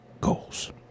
goals